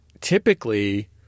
typically